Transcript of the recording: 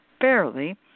fairly